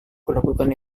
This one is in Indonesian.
kulakukan